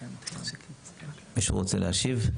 מישהו רוצה להשיב?